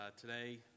today